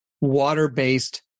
water-based